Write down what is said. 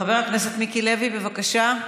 חבר הכנסת מיקי לוי, בבקשה,